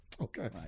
Okay